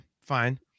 Fine